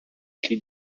she